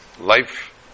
life